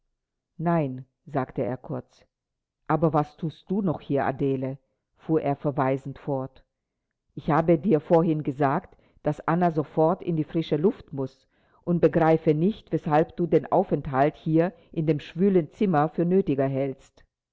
nein sagte er kurz aber was thust du noch hier adele fuhr er verweisend fort ich habe dir vorhin gesagt daß anna sofort in die frische luft muß und begreife nicht weshalb du den aufenthalt hier in dem schwülen zimmer für nötiger hältst